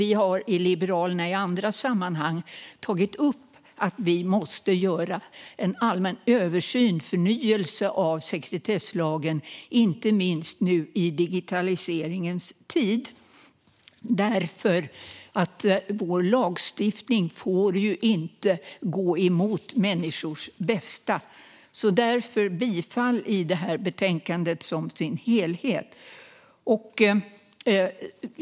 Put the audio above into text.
Vi har i Liberalerna i andra sammanhang tagit upp att vi måste göra en allmän översyn och förnyelse av sekretesslagen, inte minst nu i digitaliseringens tid, för vår lagstiftning får ju inte gå emot människors bästa. Därför yrkar jag bifall till betänkandet i dess helhet.